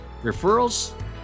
Referrals